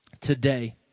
today